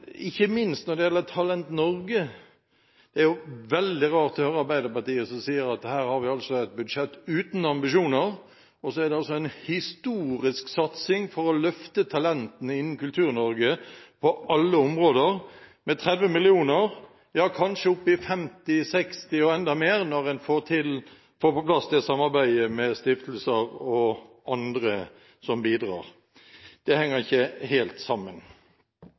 Ikke minst når det gjelder Talent Norge, er det veldig rart å høre Arbeiderpartiet si at vi her har et budsjett uten ambisjoner, og så er det altså en historisk satsing for å løfte talentene innen Kultur-Norge på alle områder, med 30 mill. kr, ja, kanskje opp til 50 mill. kr eller 60 mill. kr og enda mer når en får på plass samarbeidet med stiftelser og andre som bidrar. Det henger ikke helt sammen.